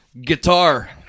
Guitar